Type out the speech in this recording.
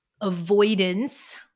avoidance